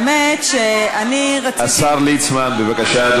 האמת, אני רציתי, השר ליצמן, בבקשה.